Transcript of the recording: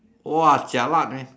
!wah! jialat eh